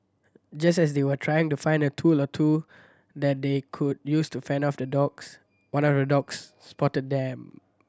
just as they were trying to find a tool or two that they could use to fend off the dogs one of the dogs spotted them